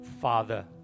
Father